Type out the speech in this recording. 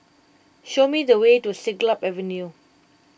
show me the way to Siglap Avenue